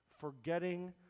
Forgetting